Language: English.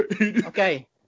Okay